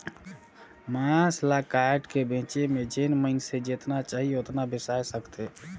मांस ल कायट के बेचे में जेन मइनसे जेतना चाही ओतना बेसाय सकथे